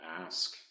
ask